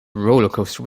rollercoaster